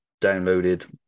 downloaded